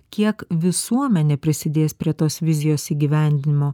kiek visuomenė prisidės prie tos vizijos įgyvendinimo